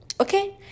Okay